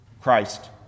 Christ